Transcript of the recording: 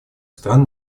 стран